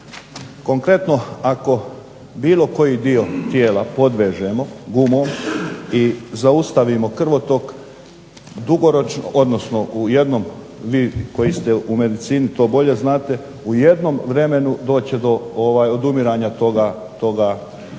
Konkretno, ako bilo koji dio tijela podvežemo gumom i zaustavimo krvotok dugoročno, odnosno u jednom, vi koji ste u medicini to bolje znate, u jednom vremenu doći će do odumiranja toga tkiva.